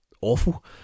awful